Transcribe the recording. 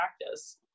practice